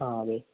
ആ അതെ